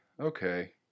Okay